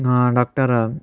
doctor